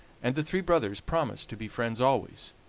and the three brothers promised to be friends always,